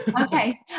Okay